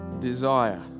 desire